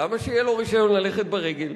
למה שיהיה לו רשיון ללכת ברגל?